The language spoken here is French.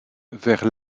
vers